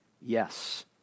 yes